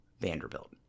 Vanderbilt